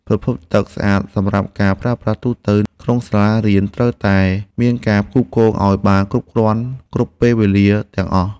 ប្រភពទឹកស្អាតសម្រាប់ការប្រើប្រាស់ទូទៅក្នុងសាលារៀនត្រូវតែមានការផ្គត់ផ្គង់ឱ្យបានគ្រប់គ្រាន់ គ្រប់ពេលវេលាទាំងអស់។